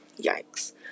yikes